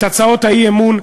את הצעות האי-אמון,